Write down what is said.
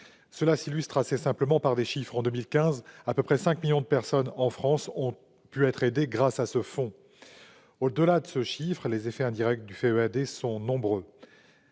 l'illustrent assez simplement les chiffres. En 2015, un peu moins de 5 millions de personnes en France ont pu être aidées grâce à ce fonds. Au-delà de ce chiffre, les effets indirects du FEAD sont nombreux